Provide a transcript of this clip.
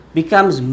becomes